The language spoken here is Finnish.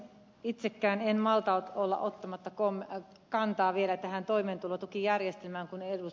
itsekään en malta olla ottamatta kantaa vielä toimeentulotukijärjestelmään kun ed